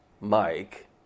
Mike